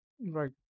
Right